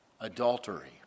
adultery